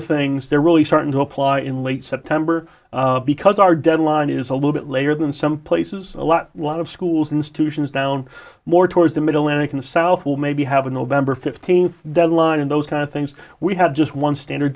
of things they're really starting to apply in late september because our deadline is a little bit later than some places a lot lot of schools institutions down more towards the middle and in the south will maybe have a november fifteenth deadline in those kind of things we had just one standard